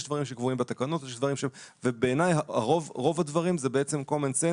יש דברים שקבועים בתקנות ובעיניי רוב הדברים הם בעצם קומנסנס